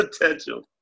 potential